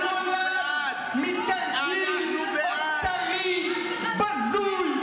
הוא נולד מתרגיל אוצרי בזוי,